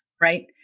right